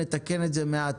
נתקן את זה מעט,